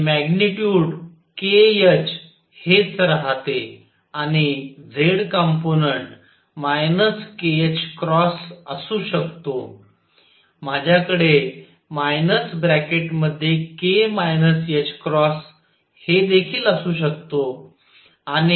आणि magnitude kh हेच राहते आणि z कंपोनंन्ट kℏ असू शकतो माझ्याकडे k ℏ हे देखील असू शकतो